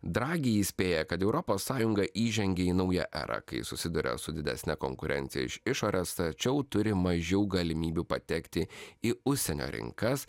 dragi įspėja kad europos sąjunga įžengė į naują erą kai susiduria su didesne konkurencija iš išorės tačiau turi mažiau galimybių patekti į užsienio rinkas